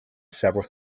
several